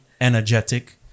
energetic